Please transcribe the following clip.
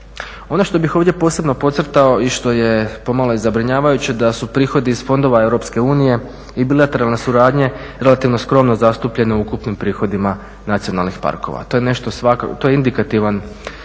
Ono što bih ovdje posebno podcrtao i što je pomalo i zabrinjavajuće da su prihodi iz fondova EU i bilateralne suradnje relativno skromno zastupljeni u ukupnim prihodima nacionalnih parkova. To je nešto, to je indikativan